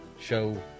show